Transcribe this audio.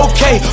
Okay